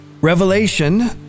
Revelation